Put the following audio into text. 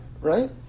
right